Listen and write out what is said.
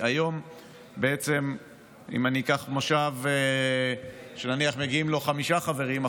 אם אני אקח מושב שמגיעים לו חמישה חברים,